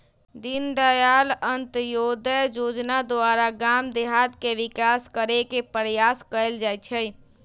दीनदयाल अंत्योदय जोजना द्वारा गाम देहात के विकास करे के प्रयास कएल जाइ छइ